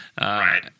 Right